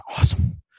awesome